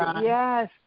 Yes